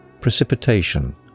Precipitation